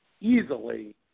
easily